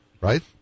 right